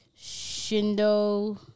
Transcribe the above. Shindo